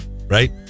Right